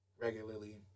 regularly